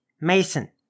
Mason